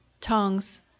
tongues